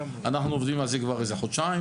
אנחנו עובדים על זה כבר איזה חודשיים.